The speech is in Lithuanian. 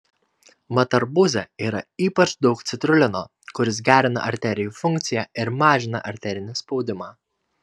mat arbūze yra ypač daug citrulino kuris gerina arterijų funkciją ir mažina arterinį spaudimą